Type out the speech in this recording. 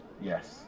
Yes